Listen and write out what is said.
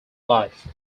life